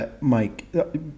Mike